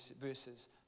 verses